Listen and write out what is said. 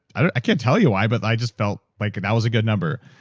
i can't tell you why but i just felt like that was a good number.